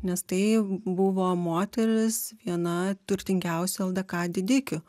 nes tai buvo moteris viena turtingiausių ldk didikių